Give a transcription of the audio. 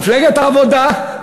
מפלגת העבודה,